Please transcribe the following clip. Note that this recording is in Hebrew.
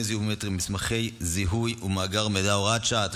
זיהוי ביומטריים במסמכי זיהוי ובמאגרי מידע (הוראת שעה),